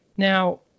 Now